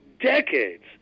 decades